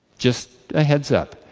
just a heads up.